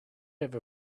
ever